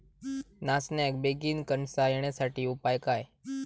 नाचण्याक बेगीन कणसा येण्यासाठी उपाय काय?